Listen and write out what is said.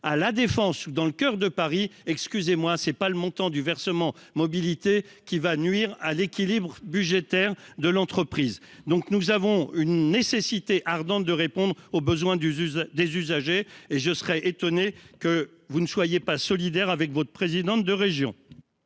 à La Défense ou dans le coeur de Paris, excusez-moi, mais ce n'est pas le montant du versement mobilité qui va nuire à l'équilibre budgétaire de l'entreprise ! Nous avons une nécessité ardente de répondre aux besoins des usagers et je serais étonné, chers collègues, que vous ne soyez pas solidaires avec votre présidente de région.